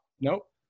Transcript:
Nope